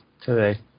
today